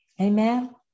Amen